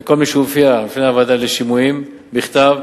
כל מי שיופיע בפני הוועדה לשימועים בכתב,